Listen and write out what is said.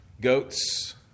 Goats